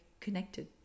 connected